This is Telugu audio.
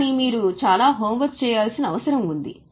కానీ మీరు చాలా హోంవర్క్ చేయాల్సిన అవసరం ఉంది